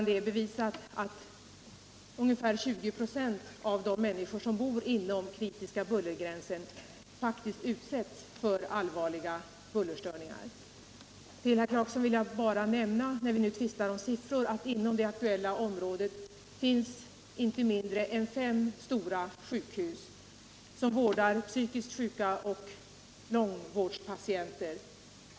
Det är bevisat att ungefär 20 26 av de människor som bor innanför den kritiska bullergränsen faktiskt utsätts för allvarliga bullerstörningar. För herr Clarkson vill jag bara nämna när vi nu tvistar om siffror, att det innanför det aktuella området finns inte mindre än fem stora sjukhus, som vårdar psykiskt sjuka och långvårdspatienter.